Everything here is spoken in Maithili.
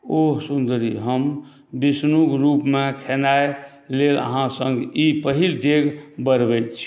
ओह सुन्दरी हम विष्णुक रूपमे खेनाय लेल अहाँ संग ई पहिल डेग बढ़बैत छी